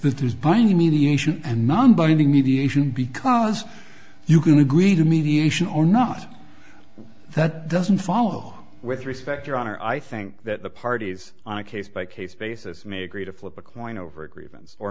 this is binding mediation and non binding mediation because you can agree to mediation or not that doesn't follow with respect your honor i think that the parties on a case by case basis may agree to flip a coin over a grievance or